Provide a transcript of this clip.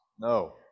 No